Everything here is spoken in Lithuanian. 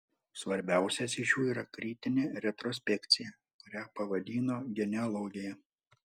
svarbiausias iš jų yra kritinė retrospekcija kurią pavadino genealogija